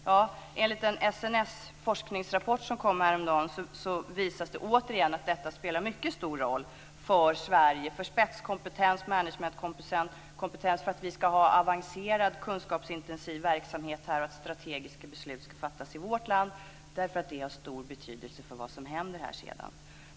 Ja, enligt SNS forskningsrapport från häromdagen spelar detta återigen en mycket stor roll för Sverige - för spetskompetens och managementkompetens, för att vi ska ha avancerad kunskapsintensiv verksamhet här och för att strategiska beslut ska fattas i vårt land därför att det är av stor betydelse för vad som händer här sedan.